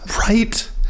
right